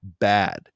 bad